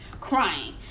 crying